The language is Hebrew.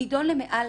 נידון למעל